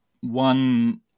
one